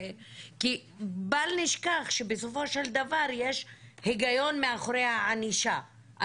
כי בל נשכח שבסופו של דבר יש הגיון מאחורי הענישה.